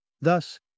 Thus